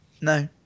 No